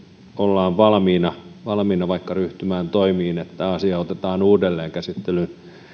ollaan valmiina valmiina vaikka ryhtymään toimiin että asia otetaan uudelleen